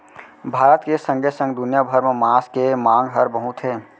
भारत के संगे संग दुनिया भर म मांस के मांग हर बहुत हे